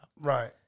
right